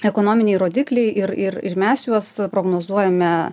ekonominiai rodikliai ir ir ir mes juos prognozuojame